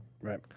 Right